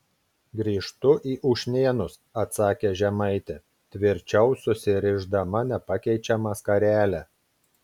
grįžtu į ušnėnus atsakė žemaitė tvirčiau susirišdama nepakeičiamą skarelę